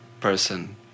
person